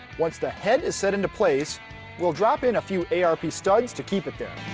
once the head is set into place we'll drop in a few a r p studs to keep it there.